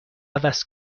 عوض